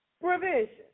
provision